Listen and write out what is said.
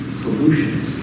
solutions